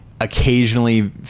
Occasionally